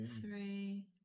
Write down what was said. Three